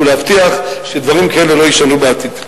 ולהבטיח שדברים כאלה לא יישנו בעתיד.